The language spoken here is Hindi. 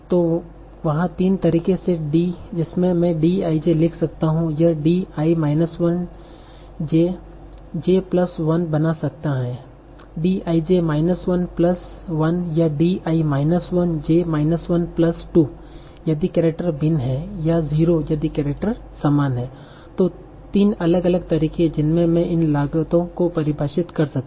तो वहाँ तीन तरीके हैं जिसमें मैं D i j लिख सकता हूं यह D i minus 1 j j plus 1 बना सकता है D i j minus 1 plus 1 या D i minus 1 j minus 1 plus 2 यदि केरेक्टर भिन्न हैं या 0 यदि केरेक्टर समान हैं तो तीन अलग अलग तरीके हैं जिनसे मैं इन लागतों को परिभाषित कर सकता हूं